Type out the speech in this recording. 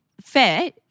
fair